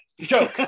Joke